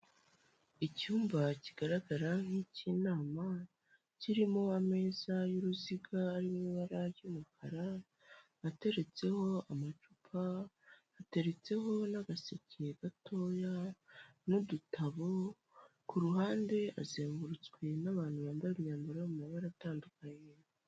Icyumba kigaragara nk'icy'inama kirimo ameza y'uruziga n'ibara ry'umukara, ateretseho amacupa, hateretseho n'agaseke gatoya n'udutabo, ku ruhande hazengurutswe n'abantu bambaye imyambaro y'amabara atandukanye.